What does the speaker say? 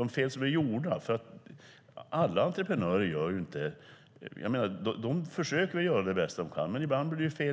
uppstått, för alla entreprenörer försöker göra det bästa de kan, men ibland blir det fel.